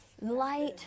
light